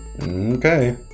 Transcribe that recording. Okay